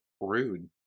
rude